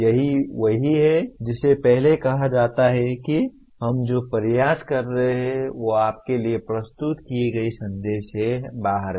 यह वही है जिसे पहले कहा जाता है कि हम जो प्रयास कर रहे हैं वह आपके लिए प्रस्तुत किए गए संदेश से बाहर है